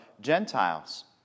Gentiles